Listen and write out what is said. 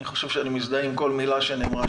אני חושב שאני מזדהה עם כל מילה שנאמרה